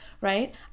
Right